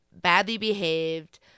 badly-behaved